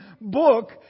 book